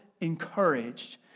encouraged